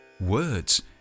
Words